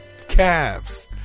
Cavs